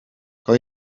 kan